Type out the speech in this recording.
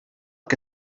que